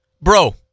Bro